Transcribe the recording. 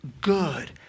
good